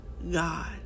God